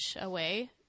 away